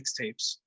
mixtapes